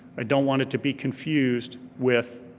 i don't want it to be confused with